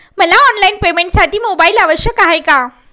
मला ऑनलाईन पेमेंटसाठी मोबाईल आवश्यक आहे का?